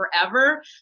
forever